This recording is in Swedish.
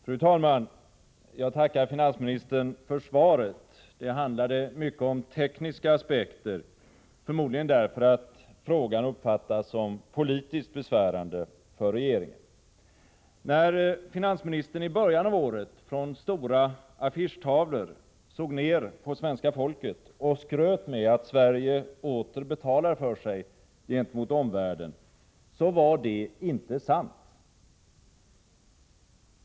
Fru talman! Jag tackar finansministern för svaret. Det handlade mycket om tekniska aspekter, förmodligen därför att frågan uppfattas som politiskt besvärande för regeringen. När finansministern i början av året från stora affischtavlor såg ner på svenska folket och skröt med att Sverige åter betalar för sig gentemot omvärlden, var det inte sant.